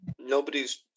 Nobody's